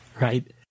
Right